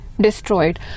destroyed